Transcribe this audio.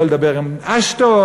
יכול לדבר עם אשטון,